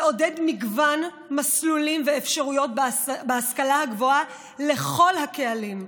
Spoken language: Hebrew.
לעודד מגוון מסלולים ואפשרויות בהשכלה הגבוהה לכל הקהלים,